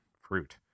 fruit